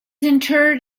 interred